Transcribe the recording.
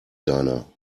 keiner